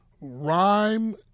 rhyme